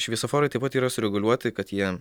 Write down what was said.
šviesoforai taip pat yra sureguliuoti kad jie